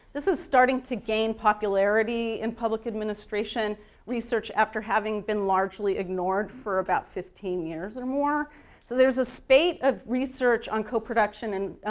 this is starting to gain popularity in public administration research after having been largely ignored for about fifteen years or more so there's a spate of research on coproduction and